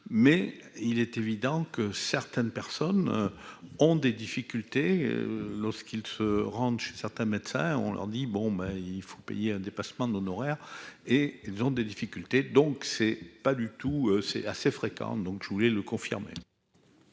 mais il est évident que certaines personnes ont des difficultés lorsqu'ils se rendent chez certains médecins, on leur dit : bon, ben il faut payer un dépassement d'honoraire et ils ont des difficultés, donc c'est pas du tout, c'est assez fréquent, donc je voulais le confirmer.